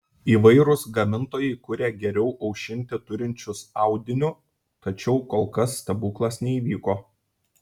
įvairūs gamintojai kuria geriau aušinti turinčius audiniu tačiau kol kas stebuklas neįvyko